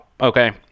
Okay